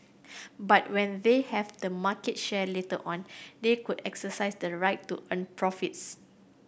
but when they have the market share later on they could exercise the right to earn profits